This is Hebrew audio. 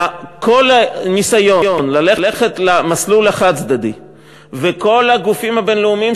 כל הניסיון ללכת למסלול החד-צדדי וכל הגופים הבין-לאומיים